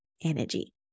energy